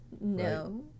No